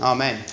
Amen